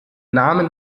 namen